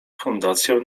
fundację